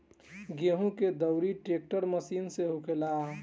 गेहूं के दउरी ट्रेक्टर मशीन से होखेला